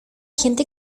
gente